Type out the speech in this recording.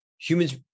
humans